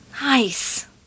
Nice